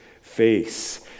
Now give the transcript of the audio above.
face